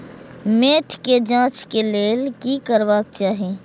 मैट के जांच के लेल कि करबाक चाही?